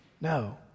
No